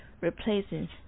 replacing